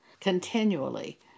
continually